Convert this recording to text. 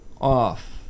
Off